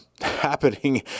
happening